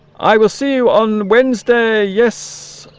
i will see you on wednesday yes